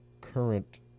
current